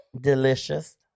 Delicious